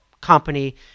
company